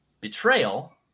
betrayal